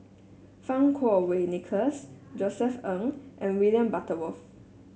Fang Kuo Wei Nicholas Josef Ng and William Butterworth